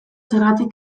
zergatik